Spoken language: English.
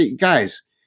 guys